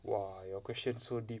!wah! your question so deep